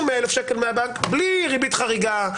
100 אלף שקלים מהבנק בלי ריבית חריגה,